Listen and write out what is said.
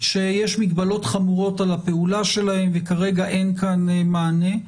שיש מגבלות חמורות על הפעולה שלהם וכרגע אין כאן מענה.